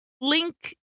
Link